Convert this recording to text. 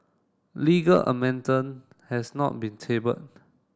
legal has not been tabled